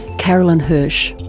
carolyn hirsh.